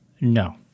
No